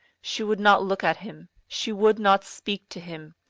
she would not look at him she would not speak to him.